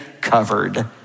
covered